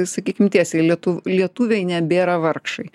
sakykim tiesiai lietuv lietuviai nebėra vargšai